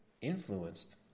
influenced